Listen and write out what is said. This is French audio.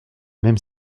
même